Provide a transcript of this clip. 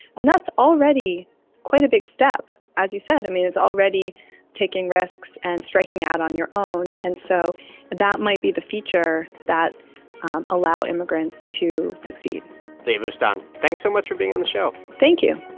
and that's already quite a big step. as you said, i mean, it's already taking risks and striking out on your own. and so that might be the future that allow immigrants to succeed leah boustan, thanks so much for being on the show thank you